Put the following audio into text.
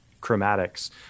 chromatics